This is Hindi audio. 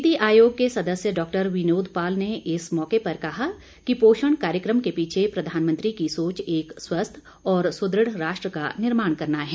नीति आयोग के सदस्य डॉक्टर विनोद पाल ने इस मौके पर कहा कि पोषण कार्यक्रम के पीछे प्रधानमंत्री की सोच एक स्वस्थ और सुदृढ़ राष्ट्र का निर्माण करना है